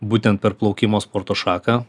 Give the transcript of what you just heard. būtent per plaukimo sporto šaką